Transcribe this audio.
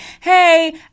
hey